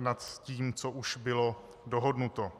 nad tím, co už bylo dohodnuto.